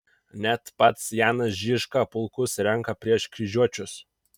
net pats janas žižka pulkus renka prieš kryžiuočius